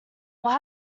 what